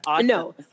No